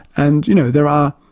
and, you know, there are,